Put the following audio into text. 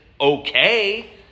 okay